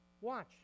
Watch